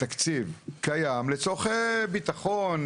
הקימו מושג שנקרא קרן ארנונה שבעצם לוקח את הרשויות,